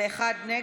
וגם אני,